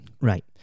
right